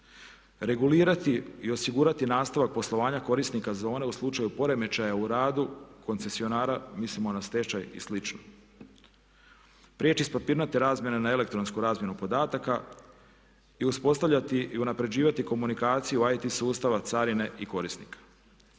regulirati i osigurati nastavak poslovanja korisnika zone u slučaju poremećaja u radu koncesionara, mislimo na stečaj i slično. Prijeći s papirnate razmjene na elektronsku razmjenu podataka i uspostavljati i unaprjeđivati komunikaciju IT sustava carine i korisnika.